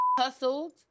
hustled